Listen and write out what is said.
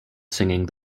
singing